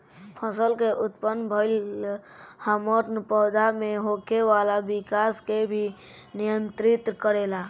फसल में उत्पन्न भइल हार्मोन पौधा में होखे वाला विकाश के भी नियंत्रित करेला